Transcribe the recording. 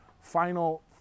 final